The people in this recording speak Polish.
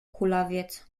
kulawiec